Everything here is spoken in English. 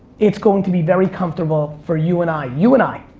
it's going to be very comfortable for you and i. you and i.